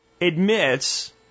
admits